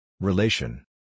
Relation